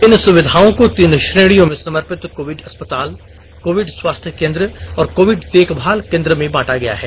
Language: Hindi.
इन सुविधाओं को तीन श्रेणियों में समर्पित कोविड अस्पताल कोविड स्वास्थ्य केंद्र और कोविड देखभाल केंद्र में बांटा गया है